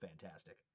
fantastic